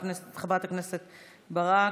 תודה רבה לחברת הכנסת ברק.